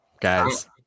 guys